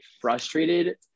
frustrated